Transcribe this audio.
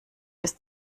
bis